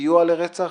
בסיוע לרצח